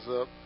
up